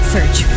Search